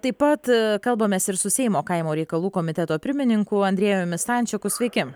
taip pat kalbamės ir su seimo kaimo reikalų komiteto pirmininku andriejumi stančiku sveiki